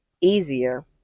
easier